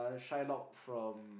shine out from